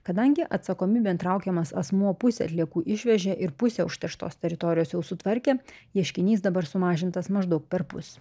kadangi atsakomybėn traukiamas asmuo pusę atliekų išvežė ir pusę užterštos teritorijos jau sutvarkė ieškinys dabar sumažintas maždaug perpus